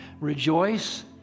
Rejoice